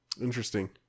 Interesting